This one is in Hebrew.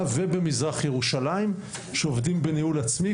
ובמזרח ירושלים שעובדים בניהול עצמי.